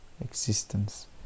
existence